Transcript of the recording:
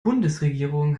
bundesregierung